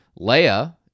Leia